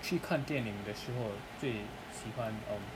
去看电影的时候最喜欢 um